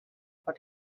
for